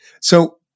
So-